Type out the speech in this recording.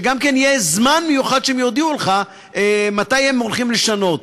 שגם יהיה זמן מיוחד שיודיעו לך מתי הם הולכים לשנות.